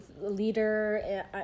leader